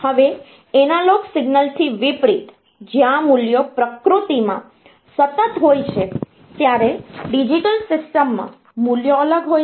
હવે analogue signal થી વિપરીત જ્યાં મૂલ્યો પ્રકૃતિમાં સતત હોય છે ત્યારે ડિજિટલ સિસ્ટમ માં મૂલ્યો અલગ હોય છે